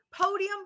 podium